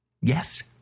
Yes